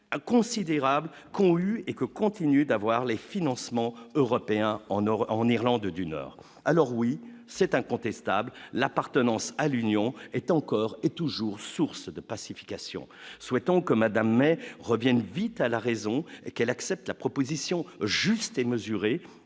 considérable qu'ont eu, et que continuent d'avoir les financements européens en or en Irlande du Nord, alors oui c'est incontestable l'appartenance à l'Union est encore et toujours source de pacification, souhaitons que Madame May revienne vite à la raison et qu'elle accepte la proposition juste et mesurée,